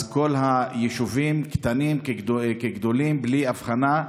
אז כל היישובים, קטנים כגדולים, בלי הבחנה,